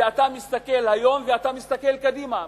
ואתה מסתכל היום ואתה מסתכל קדימה,